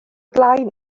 blaen